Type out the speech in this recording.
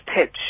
pitch